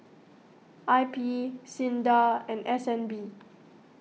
I P Sinda and S N B